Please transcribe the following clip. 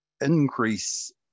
increase